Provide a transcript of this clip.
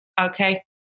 Okay